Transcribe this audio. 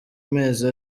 mezi